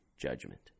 judgment